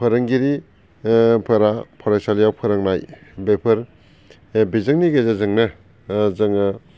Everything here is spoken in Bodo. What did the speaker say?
फारोंगिरिफोरा फरायसालियाव फोरोंनाय बेफोर बिजोंनि गेजेरजोंनो जोङो